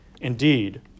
Indeed